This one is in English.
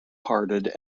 hearted